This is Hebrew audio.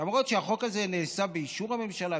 למרות שהחוק הזה נעשה באישור הממשלה,